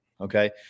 Okay